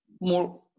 more